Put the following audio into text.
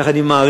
ככה אני מעריך.